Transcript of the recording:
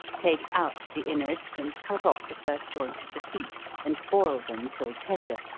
take out the inwards, and cut off the first joint of the feet, and boil them till tender,